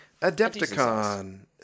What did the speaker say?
Adepticon